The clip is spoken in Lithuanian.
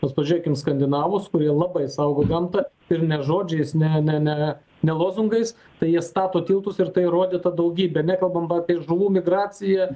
bet pažiūrėkim į skandinavus kurie labai saugo gamtą ir ne žodžiais ne ne ne ne lozungais tai jie stato tiltus ir tai įrodyta daugybe nekalbam apie žuvų migraciją